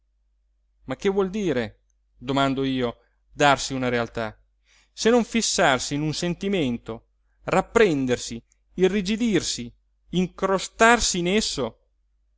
ma che vuol dire domando io darsi una realtà se non fissarsi in un sentimento rapprendersi irrigidirsi incrostarsi in esso